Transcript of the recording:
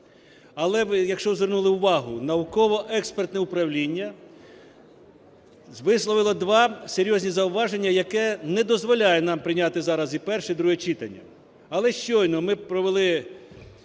Але, якщо ви звернули увагу, науково-експертне управління висловило два серйозні зауваження, які не дозволяють нам прийняти зараз і перше, і друге читання. Але щойно ми провели